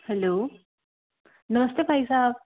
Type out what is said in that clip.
hello नमस्ते भाई साहब